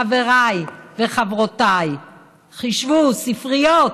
חבריי וחברותיי, חשבו: ספריות.